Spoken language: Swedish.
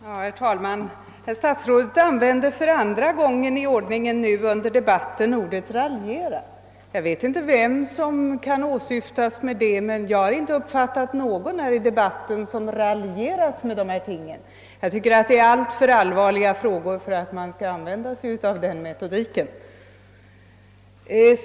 Herr talman! Herr statsrådet använde nu för andra gången i ordningen under debatten ordet raljera. Jag vet inte vem som kan åsyftas med det, jag har inte uppfattat att någon i den här debatten raljerat med de här tingen. Jag tycker det är alltför allvarliga frågor för att man skall använda sig av den metodiken.